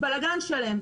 בלגן שלם.